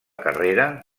carrera